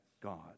God